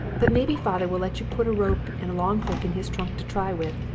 but maybe father will let you put a rope and a long hook in his trunk to try with,